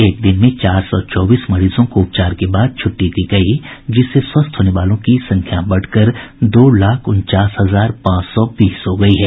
एक दिन में चार सौ चौबीस मरीजों को उपचार के बाद छूट्टी दी गई जिससे स्वस्थ होने वालों की संख्या बढ़कर दो लाख उनचास हजार पांच सौ बीस हो गई है